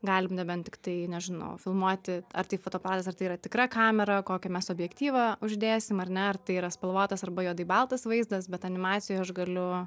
galim nebent tiktai nežinau filmuoti ar tai fotoaparatas ar tai yra tikra kamera kokią mes objektyvą uždėsim ar ne ar tai yra spalvotas arba juodai baltas vaizdas bet animacijoj aš galiu